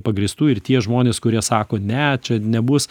pagrįstų ir tie žmonės kurie sako ne čia nebus